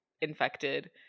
infected